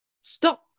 stop